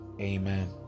Amen